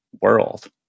world